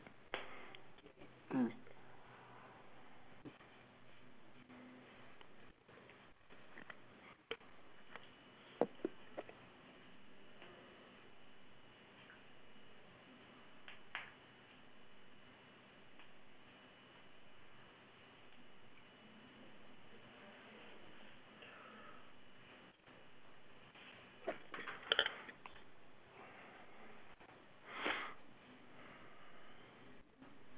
mm